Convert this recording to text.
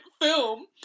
film